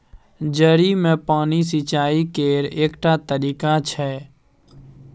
जड़ि मे पानि सिचाई केर एकटा तरीका छै